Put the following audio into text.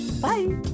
Bye